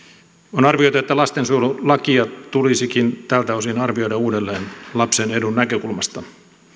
on arvioitu että lastensuojelulakia tulisikin tältä osin arvioida uudelleen lapsen edun näkökulmasta